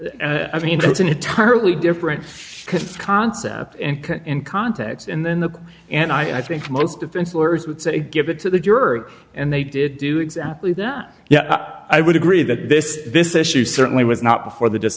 jury i mean that's an entirely different concept and in context and then the and i think most defense lawyers would say give it to the jerk and they did do exactly that yeah i would agree that this this issue certainly was not before the